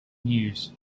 news